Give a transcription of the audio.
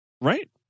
Right